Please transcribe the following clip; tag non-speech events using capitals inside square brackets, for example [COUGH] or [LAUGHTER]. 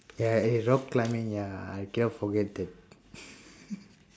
ya it has rock climbing ya I keep on forget that [LAUGHS]